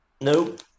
Nope